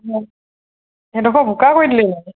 সেইডোখৰ বোকা কৰি দিলে